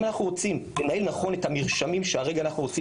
אם אנחנו רוצים את המרשמים שאנחנו רוצים